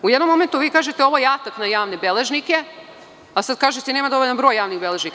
U jednom momentu vi kažete – ovo je atak na javne beležnike, a sada kažete, nema dovoljan broj javnih beležnika.